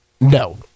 No